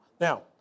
Now